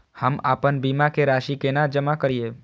हम आपन बीमा के राशि केना जमा करिए?